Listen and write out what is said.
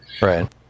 right